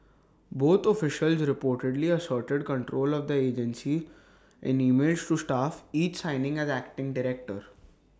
both officials reportedly asserted control of the agency in emails to staff each signing as acting director